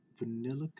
vanilla